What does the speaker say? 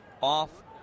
off